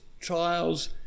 trials